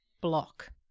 block